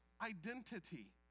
identity